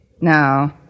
No